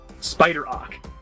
Spider-Ock